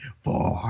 four